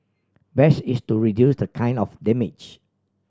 best is to reduce the kind of damage